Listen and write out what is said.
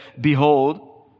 Behold